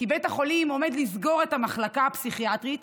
כי בית החולים עומד לסגור את המחלקה הפסיכיאטרית